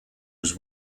was